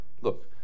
look